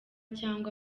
cyangwa